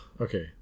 Okay